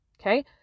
okay